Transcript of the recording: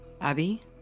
Abby